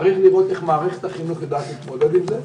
צריך לראות איך מערכת החינוך יודעת להתמודד עם זה,